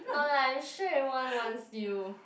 no lah I'm sure everyone wants you